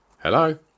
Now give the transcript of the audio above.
Hello